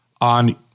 on